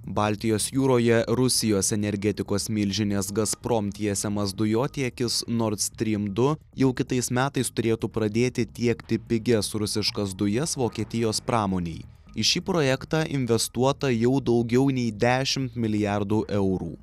baltijos jūroje rusijos energetikos milžinės gazprom tiesiamas dujotiekis nord strim du jau kitais metais turėtų pradėti tiekti pigias rusiškas dujas vokietijos pramonei į šį projektą investuota jau daugiau nei dešimt milijardų eurų